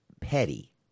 Petty